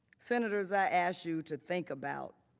senators, i ask you to think about